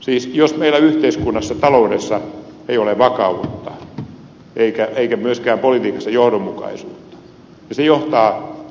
siis jos meillä yhteiskunnassa taloudessa ei ole vakautta eikä myöskään politiikassa johdonmukaisuutta niin